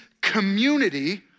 community